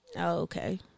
okay